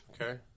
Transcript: Okay